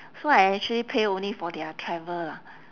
so I actually pay only for their travel lah